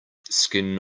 skin